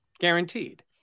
Guaranteed